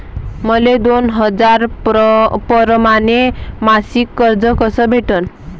मले दोन हजार परमाने मासिक कर्ज कस भेटन?